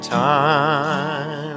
time